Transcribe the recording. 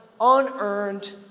unearned